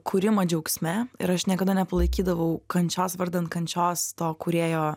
kurimą džiaugsme ir aš niekada nepalaikydavau kančios vardan kančios to kūrėjo